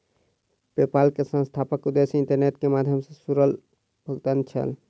PayPal के संस्थापकक उद्देश्य इंटरनेटक माध्यम सॅ सरल भुगतान छल